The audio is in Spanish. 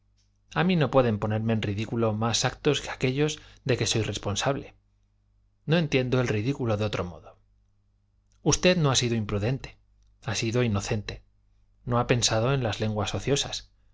a mí no pueden ponerme en ridículo más actos que aquellos de que soy responsable no entiendo el ridículo de otro modo usted no ha sido imprudente ha sido inocente no ha pensado en las lenguas ociosas